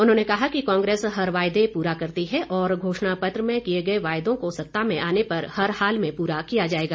उन्होंने कहा कि कांग्रेस हर वायदे पूरा करती है और घोषणा पत्र में किए गए वायदों को सत्ता में आने पर हर हाल में पूरा किया जाएगा